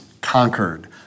conquered